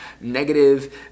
negative